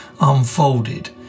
unfolded